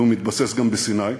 והוא מתבסס גם בסיני.